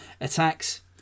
attacks